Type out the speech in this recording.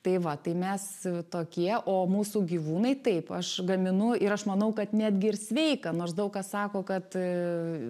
tai va tai mes tokie o mūsų gyvūnai taip aš gaminu ir aš manau kad netgi ir sveika nors daug kas sako kad